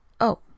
Oh